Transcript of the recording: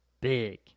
big